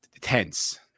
tense